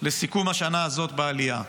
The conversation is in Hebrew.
לסיכום השנה הזאת בעלייה.